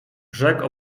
rzekł